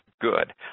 good